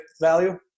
value